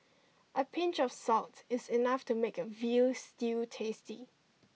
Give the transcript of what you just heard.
a pinch of salt is enough to make a veal stew tasty